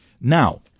Now